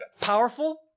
Powerful